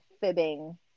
fibbing